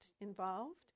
involved